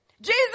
Jesus